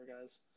guys